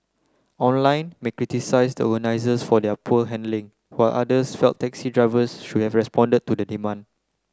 online may criticised the organisers for their poor handling while others felt taxi drivers should have responded to the demand